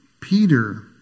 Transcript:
Peter